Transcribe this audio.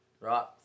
right